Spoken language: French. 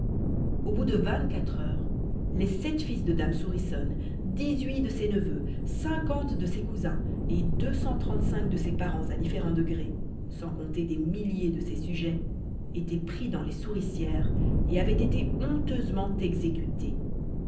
au bout de vingt-quatre heures les sept fils de dame souriçonne dix-huit de ses neveux cinquante de ses cousins et deux cent trente-cinq de ses parents à différents degrés sans compter des milliers de ses sujets étaient pris dans les souricières et avaient été honteusement exécutés